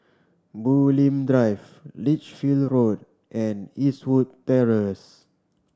Bulim Drive Lich Road and Eastwood Terrace